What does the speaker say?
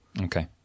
Okay